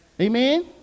Amen